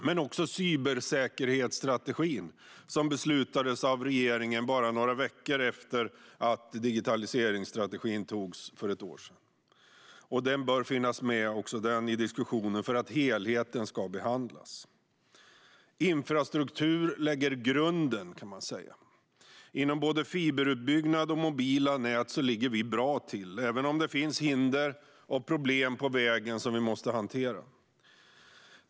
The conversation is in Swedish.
Men också cyberssäkerhetsstrategin, som beslutades av regeringen bara några veckor efter att digitaliseringsstrategin antogs för ett år sedan, bör finnas med i diskussionen för att helheten ska behandlas. Infrastruktur lägger grunden, kan man säga. Inom både fiberutbyggnad och mobila nät ligger vi bra till, även om det finns hinder och problem på vägen som vi måste hantera.